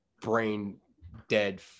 brain-dead